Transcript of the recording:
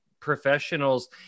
professionals